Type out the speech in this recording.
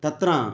तत्र